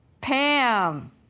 Pam